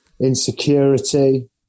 insecurity